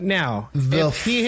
now